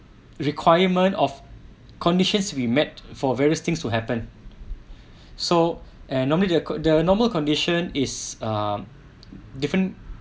requirement of conditions we met for various things to happen so and normally the could the normal condition is ah different